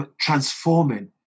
Transforming